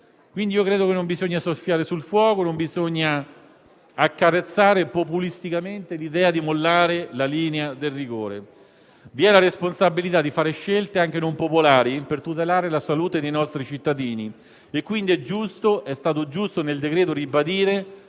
quindi, che non bisogna soffiare sul fuoco; non bisogna accarezzare populisticamente l'idea di mollare la linea del rigore. Vi è la responsabilità di fare scelte anche non popolari per tutelare la salute dei nostri cittadini e quindi è stato giusto nel decreto ribadire,